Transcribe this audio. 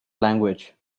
language